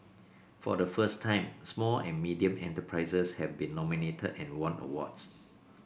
for the first time small and medium enterprises have been nominated and won awards